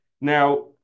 Now